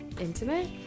intimate